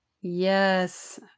Yes